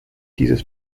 dieses